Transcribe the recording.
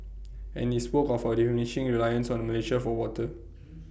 and he spoke of our diminishing reliance on Malaysia for water